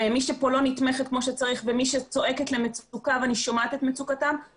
מי שפה לא נתמכת כמו שצריך ומי שצועקת למצוקה ואני שומעת את מצוקתם,